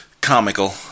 comical